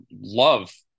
love